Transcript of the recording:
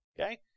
okay